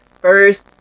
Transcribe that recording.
first